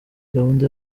gahunda